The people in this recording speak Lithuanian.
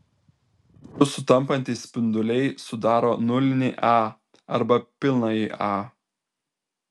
du sutampantys spinduliai sudaro nulinį a arba pilnąjį a